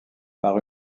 par